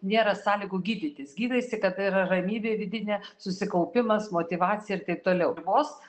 nėra sąlygų gydytis gydaisi kada yra ramybė vidinė susikaupimas motyvacija ir taip toliau vos